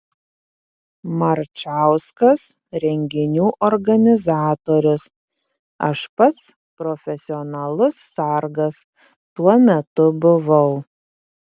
marčauskas renginių organizatorius aš pats profesionalus sargas tuo metu buvau